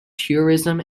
tourism